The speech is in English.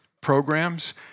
programs